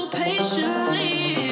patiently